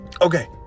okay